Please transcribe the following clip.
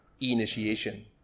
initiation